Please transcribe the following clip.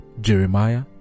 Jeremiah